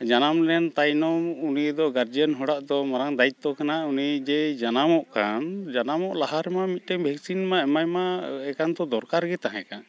ᱡᱟᱱᱟᱢ ᱞᱮᱱ ᱛᱟᱭᱱᱚᱢ ᱩᱱᱤ ᱫᱚ ᱜᱟᱨᱡᱮᱱ ᱦᱚᱲᱟᱜ ᱫᱚ ᱢᱟᱨᱟᱝ ᱫᱟᱭᱤᱛᱛᱚ ᱠᱟᱱᱟ ᱩᱱᱤ ᱡᱮᱭ ᱡᱟᱱᱟᱢᱚᱜ ᱠᱟᱱ ᱡᱟᱱᱟᱢᱚᱜ ᱞᱟᱦᱟ ᱨᱮᱢᱟ ᱢᱤᱫᱴᱮᱡ ᱵᱷᱮᱠᱥᱤᱱ ᱢᱟ ᱮᱢᱟᱭ ᱢᱟ ᱮᱠᱟᱱᱛᱚ ᱫᱚᱨᱠᱟᱨ ᱜᱮ ᱛᱟᱦᱮᱸ ᱠᱟᱱ